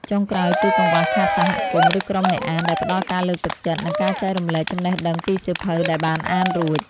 ចុងក្រោយ គឺកង្វះខាតសហគមន៍ ឬក្រុមអ្នកអានដែលផ្ដល់ការលើកទឹកចិត្ត និងការចែករំលែកចំណេះដឹងពីសៀវភៅដែលបានអានរួច។